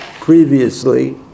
previously